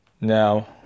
Now